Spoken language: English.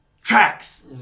tracks